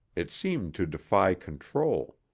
it seemed to defy control.